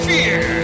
Fear